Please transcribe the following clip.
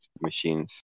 machines